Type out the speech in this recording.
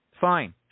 Fine